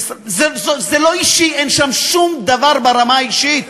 זה לא אישי, אין שום דבר ברמה האישית.